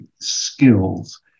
skills